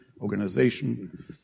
organization